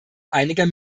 einiger